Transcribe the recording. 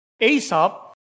Aesop